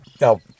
No